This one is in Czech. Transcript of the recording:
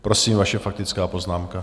Prosím, vaše faktická poznámka.